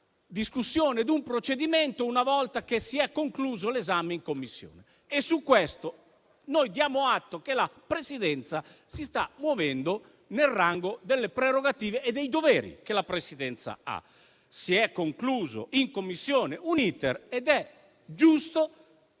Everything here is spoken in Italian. discussione di un procedimento una volta che sia concluso l'esame in Commissione. Su questo noi diamo atto che la Presidenza si sta muovendo nel rango delle prerogative e dei doveri che possiede. Si è concluso in Commissione un *iter* ed è giusto